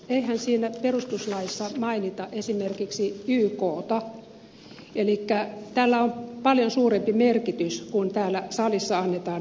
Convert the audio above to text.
eihän siellä perustuslaissa mainita esimerkiksi ykta elikkä tällä on paljon suurempi merkitys kuin täällä salissa annetaan ymmärtää